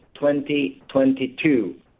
2022